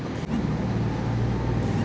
UPI सेवा का अंग्रेजी मा रहीथे?